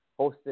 Hosted